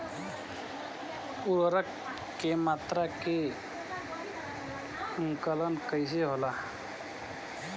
उर्वरक के मात्रा के आंकलन कईसे होला?